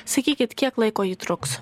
sakykit kiek laiko ji truks